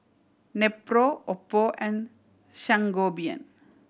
Nepro Oppo and Sangobion